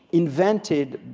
invented,